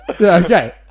okay